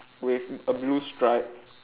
with a blue stripe